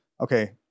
Okay